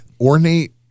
ornate